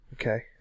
Okay